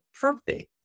Perfect